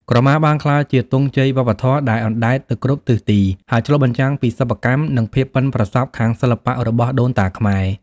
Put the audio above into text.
ក្រមាបានក្លាយជា ទង់ជ័យវប្បធម៌ ដែលអណ្តែតទៅគ្រប់ទិសទី ហើយឆ្លុះបញ្ចាំងពីសិប្បកម្ម និងភាពប៉ិនប្រសប់ខាងសិល្បៈរបស់ដូនតាខ្មែរ។